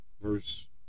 verse